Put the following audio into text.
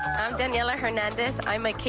i'm daniella hernandez. i'm a kprc,